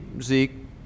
Zeke